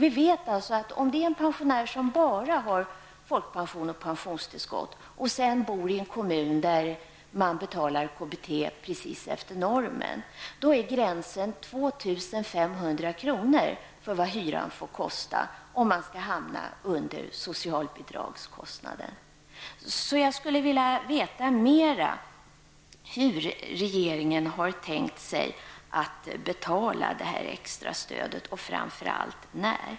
För en pensionär, som bara har folkpension och pensionstillskott och som bor i en kommun där 2 500 kr. för vad hyran får kosta, om man skall hamna under socialbidragsnormen. Jag skulle alltså vilja veta mer om hur regeringen har tänkt sig att betala det extra stödet, och framför allt när.